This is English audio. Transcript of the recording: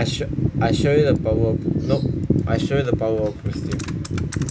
I sh~ show you the power no~ I show you the power of boosting